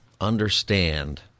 understand